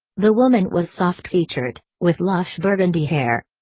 the woman was soft-featured, with lush burgundy hair.